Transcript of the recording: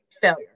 failure